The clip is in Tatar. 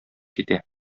китә